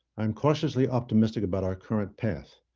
i'm cautiously optimistic about our current path.